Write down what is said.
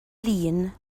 lŷn